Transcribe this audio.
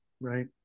right